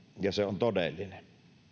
ja se on todellinen